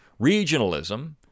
regionalism